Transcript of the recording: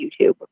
YouTube